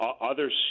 Others